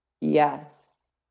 Yes